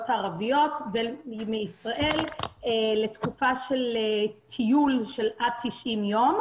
הערביות ומישראל לתקופה של טיול של עד 90 ימים.